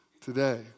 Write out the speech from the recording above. today